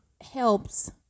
helps